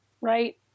right